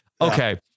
Okay